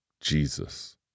Jesus